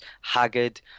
haggard